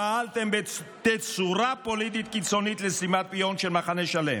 פעלתם בצורה פוליטית קיצונית לסתימת פיות של מחנה שלם.